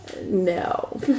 no